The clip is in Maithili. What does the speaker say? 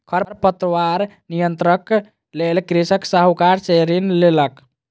खरपतवार नियंत्रणक लेल कृषक साहूकार सॅ ऋण लेलक